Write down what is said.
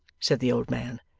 said the old man,